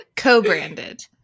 co-branded